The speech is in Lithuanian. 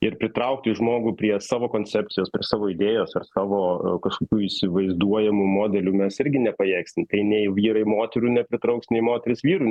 ir pritraukti žmogų prie savo koncepcijos prie savo idėjos ar savo kažkokių įsivaizduojamų modelių mes irgi nepajėgsim tai nei vyrai moterų nepritrauks nei moterys vyrų